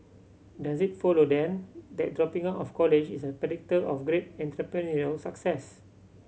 does it follow then that dropping out of college is a predictor of great entrepreneurial success